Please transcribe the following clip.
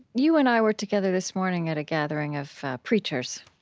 you and i were together this morning at a gathering of preachers.